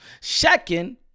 Second